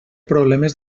problemes